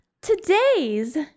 Today's